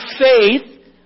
faith